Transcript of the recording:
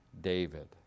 David